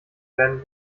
werden